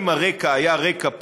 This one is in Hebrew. אם הרקע היה רקע פלילי,